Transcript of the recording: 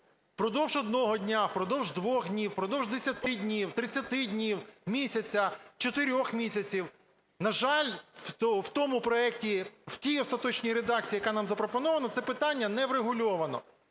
впродовж одного дня, впродовж двох днів, впродовж 10 днів, 30 днів, місяця, чотирьох місяців? На жаль, в тому проекті, в тій остаточній редакції, яка нам запропонована, це питання не врегульовано.